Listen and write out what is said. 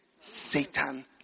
Satan